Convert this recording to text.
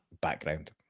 background